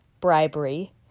Bribery